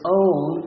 own